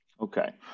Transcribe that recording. Okay